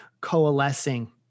coalescing